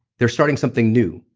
they're starting something new,